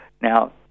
Now